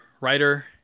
writer